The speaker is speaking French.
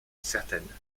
certaine